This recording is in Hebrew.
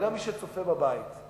וגם מי שצופה בבית,